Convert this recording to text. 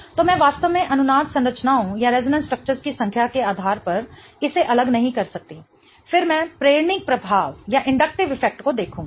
तो मैं वास्तव में अनुनाद संरचनाओं की संख्या के आधार पर इसे अलग नहीं कर सकती फिर मैं प्रेरणिक प्रभाव को देखूंगी